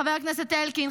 חבר הכנסת אלקין,